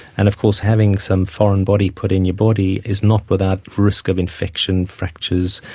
and of course having some foreign body put in your body is not without risk of infection, fractures,